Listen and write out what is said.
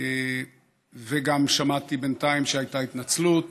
וגם שמעתי בינתיים שהייתה התנצלות